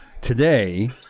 today